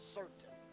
certain